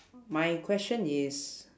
my question is